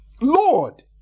Lord